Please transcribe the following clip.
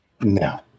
No